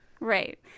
right